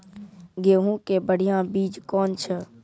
गेहूँ के बढ़िया बीज कौन छ?